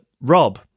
Rob